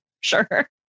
Sure